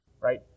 Right